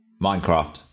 Minecraft